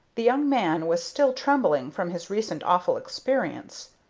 the young man was still trembling from his recent awful experience.